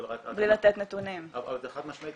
אבל זה חד משמעית,